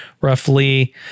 roughly